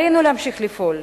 עלינו להמשיך לפעול,